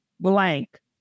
blank